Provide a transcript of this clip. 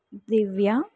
ದಿವ್ಯ